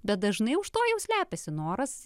bet dažnai už to jau slepiasi noras